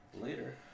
Later